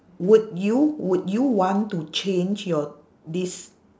would you would you want to change your des~